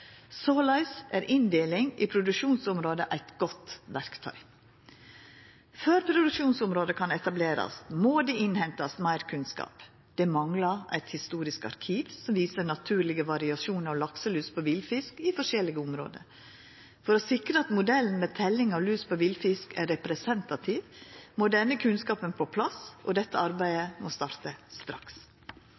Såleis er inndeling i produksjonsområde eit godt verktøy. Før produksjonsområde kan etablerast, må ein innhenta meir kunnskap. Det manglar eit historisk arkiv som viser naturlege variasjonar av lakselus på villfisk i forskjellige område. For å sikra at modellen med teljing av lus på villfisk er representativ, må denne kunnskapen på plass, og dette arbeidet må starta straks.